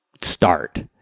start